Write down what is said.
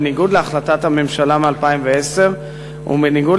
בניגוד להחלטת הממשלה מ-2010 ובניגוד